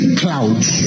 clouds